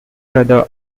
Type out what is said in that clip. brother